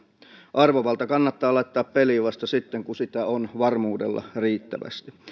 arvovalta kannattaa laittaa peliin vasta sitten kun sitä on varmuudella riittävästi